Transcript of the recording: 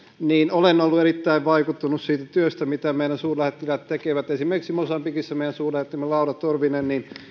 niin olen ollut erittäin vaikuttunut siitä työstä mitä meidän suurlähettiläät tekevät esimerkiksi meidän suurlähettilästämme mosambikissa laura torvista